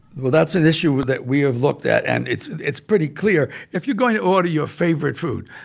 well, that's an issue that we have looked at, and it's it's pretty clear. if you're going to order your favorite food,